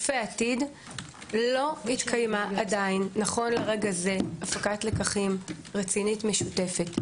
לא התקיימה עדיין נכון לרגע זה הפקת לקחים רצינית משותפת.